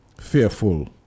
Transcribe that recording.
fearful